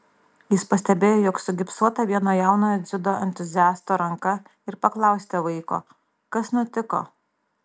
jis pastebėjo jog sugipsuota vieno jaunojo dziudo entuziasto ranka ir paklausė vaiko kas nutiko